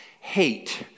hate